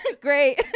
great